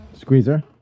Squeezer